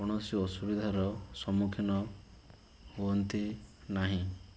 କୌଣସି ଅସୁବିଧାର ସମ୍ମୁଖୀନ ହୁଅନ୍ତି ନାହିଁ